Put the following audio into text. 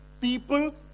people